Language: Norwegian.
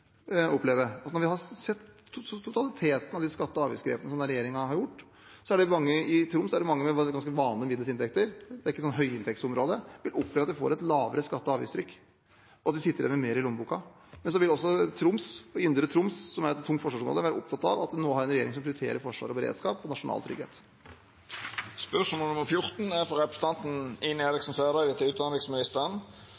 det er mange med ganske vanlige og middels inntekter; det er ikke et høyinntektsområde – oppleve at de får et lavere skatte- og avgiftstrykk, og at de sitter igjen med mer i lommeboka. Så vil Troms og Indre Troms, som er et tungt forsvarsområde, være opptatt av at de nå har en regjering som prioriterer forsvar og beredskap og nasjonal trygghet.